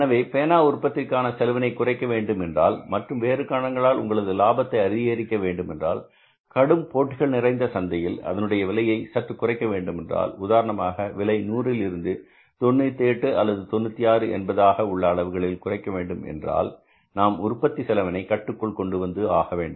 எனவே பேனா உற்பத்தி செலவினை குறைக்க வேண்டும் என்றால் மற்றும் வேறு காரணங்களால் உங்களது லாபத்தை அதிகரிக்க வேண்டுமென்றால் கடும் போட்டிகள் நிறைந்த சந்தையில் அதனுடைய விலையை சற்று குறைக்க வேண்டுமென்றால் உதாரணமாக விலை நூறில் இருந்து 98 அல்லது 96 என்பதாக உள்ள அளவுகளில் குறைக்க வேண்டும் என்றால் நாம் உற்பத்தி செலவினை கட்டுக்குள் கொண்டுவந்து ஆக வேண்டும்